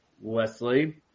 Wesley